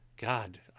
god